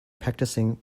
practicing